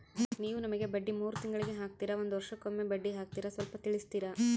ನೀವು ನಮಗೆ ಬಡ್ಡಿ ಮೂರು ತಿಂಗಳಿಗೆ ಹಾಕ್ತಿರಾ, ಒಂದ್ ವರ್ಷಕ್ಕೆ ಒಮ್ಮೆ ಬಡ್ಡಿ ಹಾಕ್ತಿರಾ ಸ್ವಲ್ಪ ತಿಳಿಸ್ತೀರ?